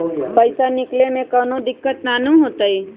पईसा निकले में कउनो दिक़्क़त नानू न होताई?